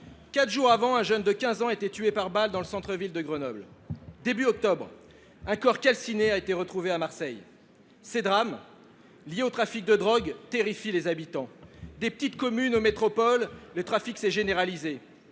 Quatre jours auparavant, un jeune de 15 ans avait été tué par balle dans le centre ville de Grenoble. Au début du mois d’octobre, un corps calciné a été retrouvé à Marseille. Ces drames, liés au trafic de drogue, terrifient les habitants. Depuis les petites communes jusqu’aux métropoles, le trafic s’est généralisé,